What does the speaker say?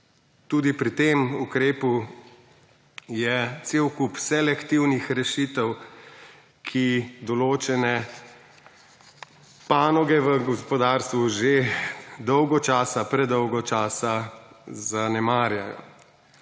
tudi pri tem ukrepu je cel kup selektivnih rešitev, ki določene panoge v gospodarstvu že dolgo časa, predolgo časa zanemarjajo.